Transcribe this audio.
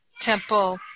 temple